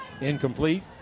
Incomplete